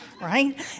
right